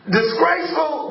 disgraceful